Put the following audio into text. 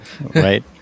Right